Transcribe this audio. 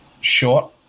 short